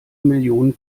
millionen